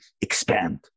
expand